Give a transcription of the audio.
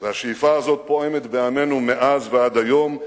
והשאיפה הזאת פועמת בעמנו מאז ועד היום.